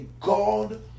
God